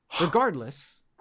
Regardless